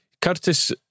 Curtis